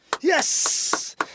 Yes